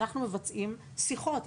אנחנו מבצעים שיחות,